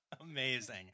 Amazing